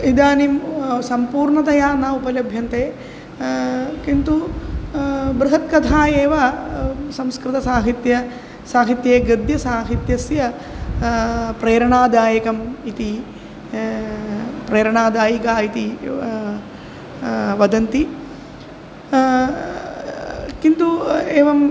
इदानीं सम्पूर्णतया न उपलभ्यन्ते किन्तु बृहत् कथा एव संस्कृतसाहित्ये साहित्ये गद्यसाहित्यस्य प्रेरणादायकम् इति प्रेरणादायिका इति व वदन्ति किन्तु एवं